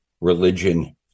religion